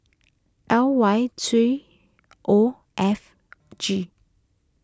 L Y three O F G